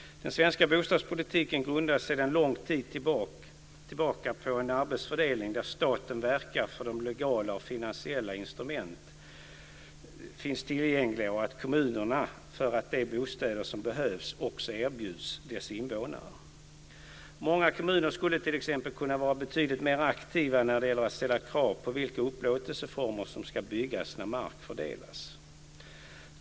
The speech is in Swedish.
Den svenska bostadspolitiken grundas sedan lång tid tillbaka på en arbetsfördelning där staten verkar för att legala och finansiella instrument finns tillgängliga och att kommunerna erbjuder sina invånare de bostäder som behövs. Många kommuner skulle t.ex. kunna vara betydligt mer aktiva när det gäller att ställa krav på vilka upplåtelseformer som bostäderna som ska byggas ska ha när mark fördelas.